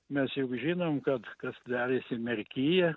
mes juk žinom kad kas darėsi merkyje